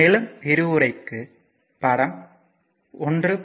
மேலும் விரிவுரைக்கு படம் 1